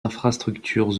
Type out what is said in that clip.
infrastructures